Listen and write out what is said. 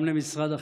גם למשרד החינוך,